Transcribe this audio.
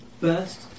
First